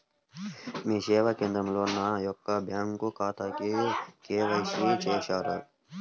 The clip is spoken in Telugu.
మీ సేవా కేంద్రంలో నా యొక్క బ్యాంకు ఖాతాకి కే.వై.సి చేస్తారా?